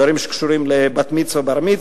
דברים שקשורים לבר-מצווה,